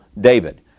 David